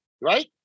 right